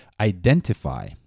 identify